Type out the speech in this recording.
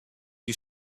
you